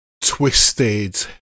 twisted